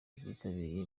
bitabiriye